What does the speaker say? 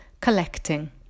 Collecting